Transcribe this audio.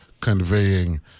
conveying